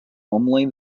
only